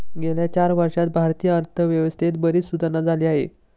गेल्या चार वर्षांत भारतीय अर्थव्यवस्थेत बरीच सुधारणा झाली आहे